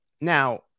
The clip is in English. now